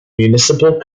municipal